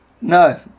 No